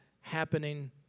happening